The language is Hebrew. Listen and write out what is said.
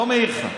לא מעיר לך.